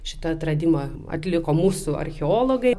šitą atradimą atliko mūsų archeologai